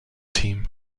team